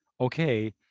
okay